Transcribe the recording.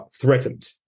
threatened